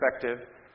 perspective